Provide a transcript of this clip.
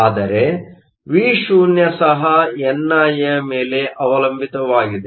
ಆದರೆ Vo ಸಹ ni ಯ ಮೇಲೆ ಅವಲಂಬಿತವಾಗಿದೆ